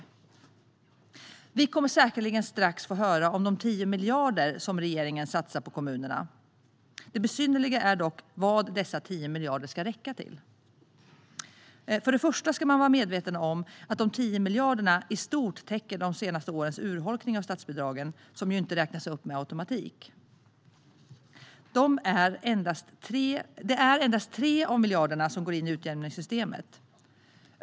Strax kommer vi säkerligen att få höra om de 10 miljarder som regeringen satsar på kommunerna. Det besynnerliga är dock vad dessa 10 miljarder ska räcka till. För det första ska man vara medveten om att de 10 miljarderna i stort täcker de senaste årens urholkning av statsbidragen, som ju inte räknas upp med automatik. Det är endast 3 miljarder som går in i utjämningssystemet.